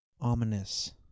Ominous